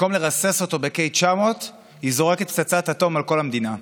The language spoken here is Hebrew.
במקום לרסס אותו ב-K900 היא זורקת פצצת אטום על כל המדינה.